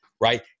right